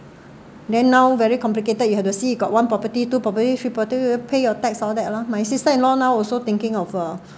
then now very complicated you have to see you got one property two property three property you pay your taxes all that loh my sister in law now also thinking of uh